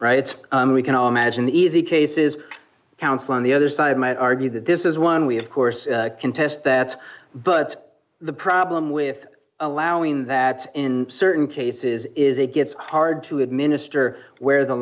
it's we can all imagine the easy cases counsel on the other side might argue that this is one way of course contest that but the problem with allowing that in certain cases is it gets hard to administer where the